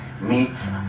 meets